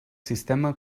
sistema